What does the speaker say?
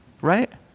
right